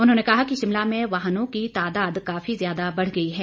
उन्होंने कहा कि शिमला में वाहनों की तादाद काफी ज्यादा बढ़ गई है